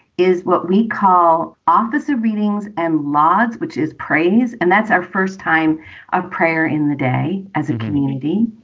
is what we call officer readings and lodz, which is praise. and that's our first time a prayer in the day as a community.